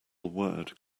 word